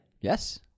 Yes